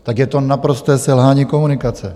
Tak je to naprosté selhání komunikace!